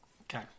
Okay